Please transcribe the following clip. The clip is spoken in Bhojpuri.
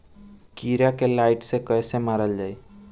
कीड़ा के लाइट से कैसे मारल जाई?